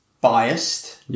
biased